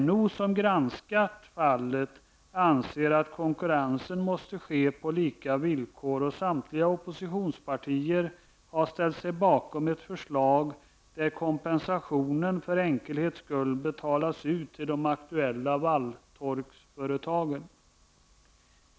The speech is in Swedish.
NO som granskat fallet anser att konkurrensen måste få ske på lika villkor, och samtliga oppositionspartier har ställt sig bakom ett förslag där kompensationen för enkelhets skull betalas ut till de aktuella valltorksföretagen.